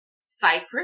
Cyprus